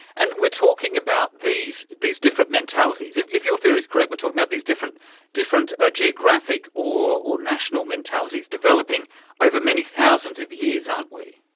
and we're talking about these these different mentalities, if if your theory is correct, we are talking about these different different ah geographic or or national mentalities developing over many thousands of years, aren't we.